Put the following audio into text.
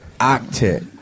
octet